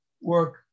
work